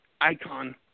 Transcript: icon